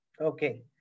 Okay